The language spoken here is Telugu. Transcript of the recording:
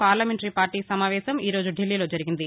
పార్లమెంటరీ పార్టీ సమావేశం ఈరోజు ఢిల్లీలో జరిగింది